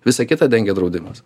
visą kitą dengia draudimas